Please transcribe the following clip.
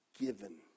given